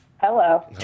Hello